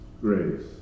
grace